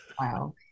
wow